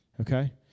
Okay